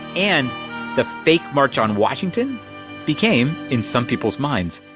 and the fake march on washington became, in some people's minds,